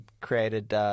created –